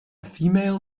female